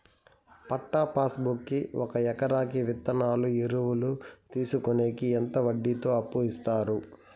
పట్టా passbook కి ఒక ఎకరాకి విత్తనాలు, ఎరువులు తీసుకొనేకి ఎంత వడ్డీతో అప్పు ఇస్తారు?